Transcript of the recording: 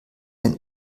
einen